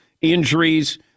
injuries